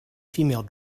female